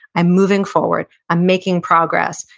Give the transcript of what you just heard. i'm moving forward, i'm making progress,